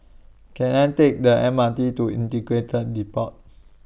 Can I Take The M R T to Integrated Depot